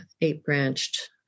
eight-branched